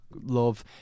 love